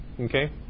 Okay